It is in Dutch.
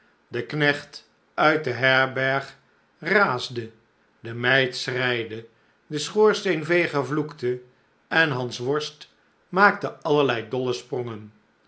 de knecht uit de herberg raasde de meid schreide de schoorsteenveger vloekte en hansworst maakte allerlei dolle sprongen